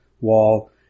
wall